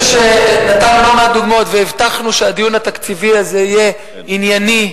אני חושב שנתנו לא מעט דוגמאות והבטחנו שהדיון התקציבי הזה יהיה ענייני,